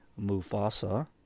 Mufasa